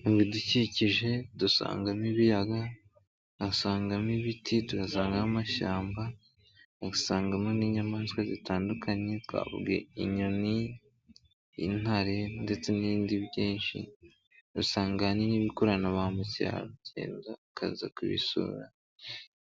Mu bidukikije dusangamo ibiyaga, asangamo ibiti, turasanga nk'amashyamba, tugasangamo n'inyamaswa zitandukanye twavuga: inyoni, intare ndetse n'ibindi byinshi; usanga ahanini bikorana ba mu mukerarugendo bakaza kubisura